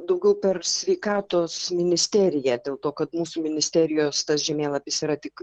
daugiau per sveikatos ministeriją dėl to kad mūsų ministerijos tas žemėlapis yra tik